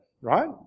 right